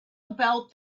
about